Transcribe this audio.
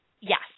Yes